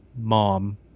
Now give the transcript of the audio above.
Mom